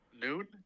noon